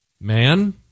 Man